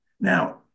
now